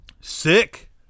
Sick